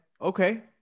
Okay